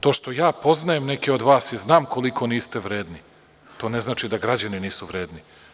To što ja poznajem neke od vas i znam koliko niste vredni, to ne znači da građani nisu vredni.